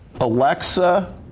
Alexa